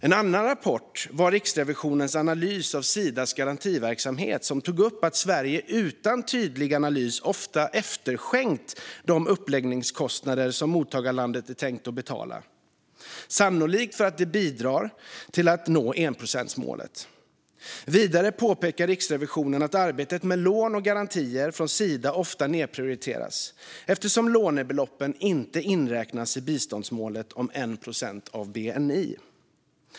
En annan rapport var Riksrevisionens analys av Sidas garantiverksamhet som tog upp att Sverige utan tydlig analys ofta efterskänkt de uppläggningskostnader som mottagarlandet är tänkt att betala, sannolikt för att det bidrar till att nå enprocentsmålet. Vidare påpekar Riksrevisionen att arbetet med lån och garantier från Sida ofta nedprioriteras, eftersom lånebeloppen inte inräknas i biståndsmålet om 1 procent av bni.